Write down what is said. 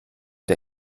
der